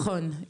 נכון.